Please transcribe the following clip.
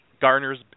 Garner's